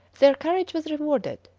their courage was rewarded,